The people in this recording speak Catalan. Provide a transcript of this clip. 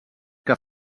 que